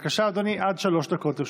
בבקשה, אדוני, עד שלוש דקות לרשותך.